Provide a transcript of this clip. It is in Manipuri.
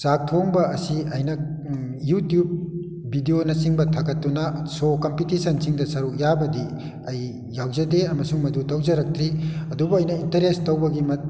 ꯆꯥꯛ ꯊꯣꯡꯕ ꯑꯁꯤ ꯑꯩꯅ ꯌꯨꯇ꯭ꯌꯨꯕ ꯕꯤꯗꯤꯑꯣꯅ ꯆꯤꯡꯕ ꯊꯥꯒꯠꯇꯨꯅ ꯁꯣ ꯀꯝꯄꯤꯇꯤꯁꯟꯗ ꯁꯔꯨꯛ ꯌꯥꯕꯗꯤ ꯑꯩ ꯌꯥꯎꯖꯗꯦ ꯑꯃꯁꯨꯡ ꯃꯗꯨ ꯇꯧꯖꯔꯛꯇ꯭ꯔꯤ ꯑꯗꯨꯕꯨ ꯑꯩꯅ ꯏꯟꯇꯔꯦꯁ ꯇꯧꯕꯒꯤ